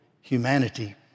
humanity